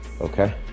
okay